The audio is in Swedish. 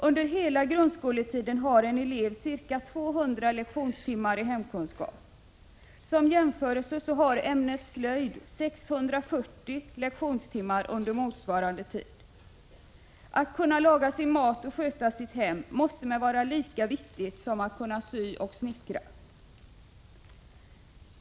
Under hela grundskoletiden har en elev ca 200 lektionstimmar i hemkunskap. Som jämförelse kan nämnas att ämnet slöjd har 640 lektionstimmar under motsvarande tid. Att kunna laga sin mat och sköta sitt hem måste vara lika viktigt som att kunna sy och snickra!